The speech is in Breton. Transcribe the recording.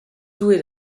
doue